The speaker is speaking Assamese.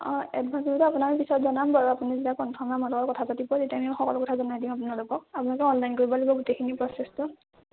অঁ এডভান্সটো আপোনাক পিছত জনাম বাৰু আপুনি যেতিয়া কনফৰ্মকৈ আমাৰ লগত কথা পাতিব তেতিয়া আমি সকলো কথা জনাই দিম আপোনালোকক আপোনালোকে অনলাইন কৰিব লাগিব গোটেইখিনি প্ৰ'চেছটো